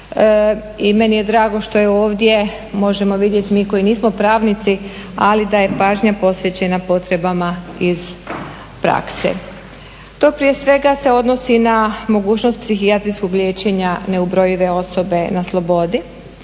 i meni je drago što je ovdje, možemo vidjeti mi koji nismo pravnici, ali da je pažnja posvećena potrebama iz prakse. To prije svega se odnosi na mogućnost psihijatrijskog liječenja neubrojive osobe na slobodi,